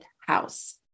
house